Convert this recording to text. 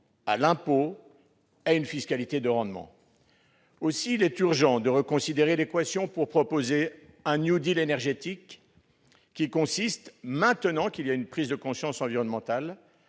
à l'impôt, à une fiscalité de rendement. Aussi est-il urgent de reconsidérer l'équation pour proposer un énergétique consistant, maintenant qu'il y a une prise de conscience environnementale,